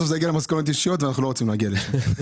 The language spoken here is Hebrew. בסוף זה יגיע למסקנות אישיות ואנחנו לא רוצים להגיע לזה.